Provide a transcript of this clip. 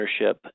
ownership